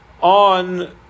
on